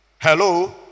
Hello